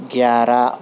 گیارہ